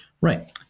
Right